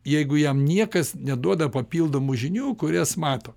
jeigu jam niekas neduoda papildomų žinių kurias mato